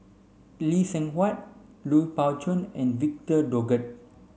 Lee Seng Huat Lui Pao Chuen and Victor Doggett